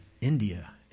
India